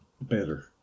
better